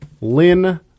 Lynn